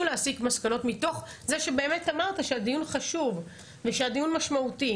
להסיק מסקנות מתוך זה שאמרת שהדיון חשוב ושהדיון משמעותי